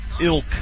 Ilk